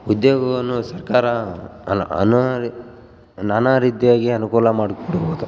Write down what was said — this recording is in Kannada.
ಉದ್ಯೋಗವನ್ನು ಸರ್ಕಾರ ಅಲ್ಲ ಅದ್ನ ನಾನಾ ರೀತಿಯಾಗಿ ಅನುಕೂಲ ಮಾಡ್ಕೊಡಬೇಕು